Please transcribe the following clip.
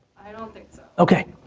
i don't think so. okay.